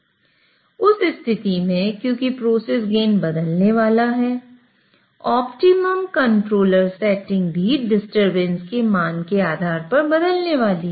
उस स्थिति में क्योंकि प्रोसेस गेन भी डिस्टरबेंस के मान के आधार पर बदलने वाली है